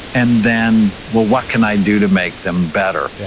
and then, well what can i do to make them better? yeah